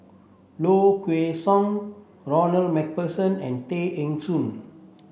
Low Kway Song Ronald MacPherson and Tay Eng Soon